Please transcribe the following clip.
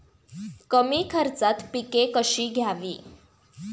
कमी खर्चात पिके कशी घ्यावी?